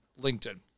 LinkedIn